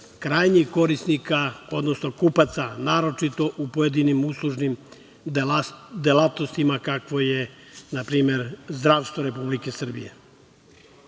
krajnjih korisnika, odnosno kupaca, naročito u pojedinim uslužnim delatnostima kako je npr. zdravstvo Republike Srbije.U